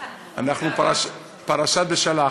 אנחנו בפרשת בשלח,